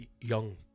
young